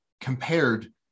compared